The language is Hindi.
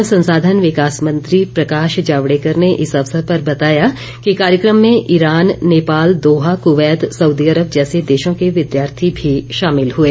मानव संसाधन विकास मंत्री प्रकाश जावड़ेकर ने इस अवसर पर बताया कि कार्यक्रम में Iran Nepal Doha Kuwait Saudi Arabia जैसे देशों के विद्यार्थी भी शामिल हुए